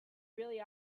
really